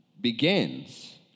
begins